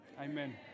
amen